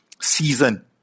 season